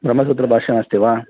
ब्रह्मसूत्रं भाष्यमस्ति वा